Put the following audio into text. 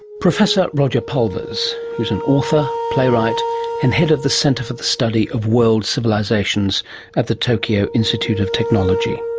professor roger pulvers is an author, playwright and head of the center for the study of world civilisations at the tokyo institute of technology